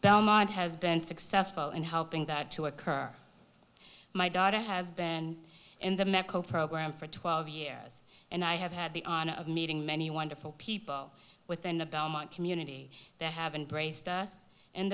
belmont has been successful in helping that to occur my daughter has been in the medical program for twelve years and i have had the honor of meeting many wonderful people within the belmont community that have been braced us